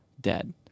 dead